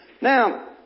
Now